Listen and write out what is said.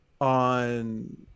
on